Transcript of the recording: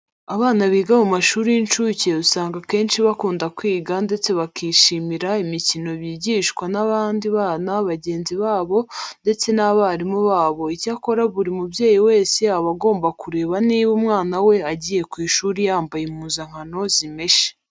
Abana biga mu mashuri y'incuke usanga akenshi bakunda kwiga ndetse bakishimira imikino bigishwa n'abandi bana bagenzi babo ndetse n'abarimu babo. Icyakora buri mubyeyi wese aba agomba kureba niba umwana we agiye ku ishuri yambaye impuzankano zimeshe.